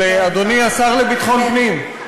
אדוני השר לביטחון פנים,